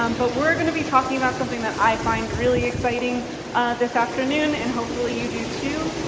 um but we're gonna be talking about something that i find really exciting this afternoon. and hopefully you do too.